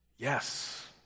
Yes